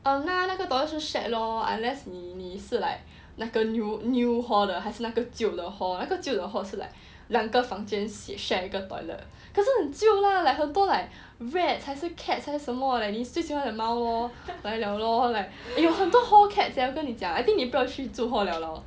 um ya 那个 toilet 是 shared lor unless 你是 like 那个 new hall 还是那个旧的 hall 那个旧的 hall 是 like 两个房间 share 一个 toilet 可是很旧 lah like 很多 like rats 还是 cats 还是什么 leh 你最喜欢的猫 lor 来了 lor like 有很多 hall cats leh 我跟你讲 I think 你不要去住 hall lah